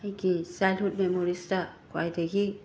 ꯑꯩꯒꯤ ꯆꯥꯜ꯭ꯗꯍꯨꯗ ꯃꯦꯃꯣꯔꯤꯁꯇ ꯈ꯭ꯋꯥꯏꯗꯒꯤ